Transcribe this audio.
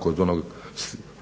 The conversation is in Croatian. poznatog silosa Đergaj